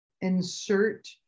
insert